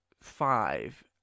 five